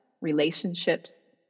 relationships